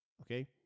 Okay